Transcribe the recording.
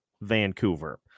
Vancouver